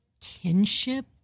kinship